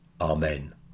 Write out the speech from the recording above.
Amen